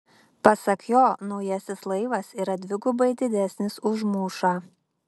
pasak jo naujasis laivas yra dvigubai didesnis už mūšą